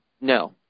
No